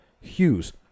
Hughes